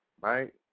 right